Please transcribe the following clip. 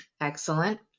Excellent